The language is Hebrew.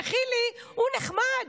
וחילי, הוא נחמד.